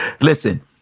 Listen